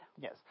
Yes